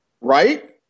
right